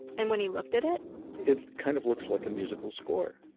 and when he looked at it. it kind of looks like a musical score.